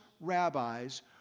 rabbis